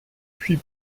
puis